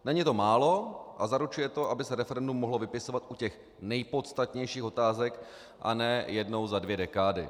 Není to málo a zaručuje to, aby se referendum mohlo vypisovat u těch nejpodstatnějších otázek, a ne jednou za dvě dekády.